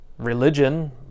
Religion